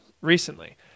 recently